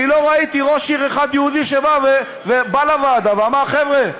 אני לא ראיתי ראש עיר יהודי אחד שבא לוועדה ואמר: חבר'ה,